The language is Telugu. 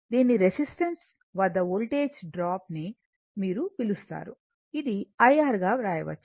దీనిని రెసిస్టన్స్ వద్ద వోల్టేజ్ డ్రాప్ అని మీరు పిలుస్తారు ఇది I R గా వ్రాయవచ్చు